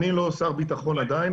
אני לא שר ביטחון עדיין,